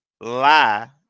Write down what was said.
lie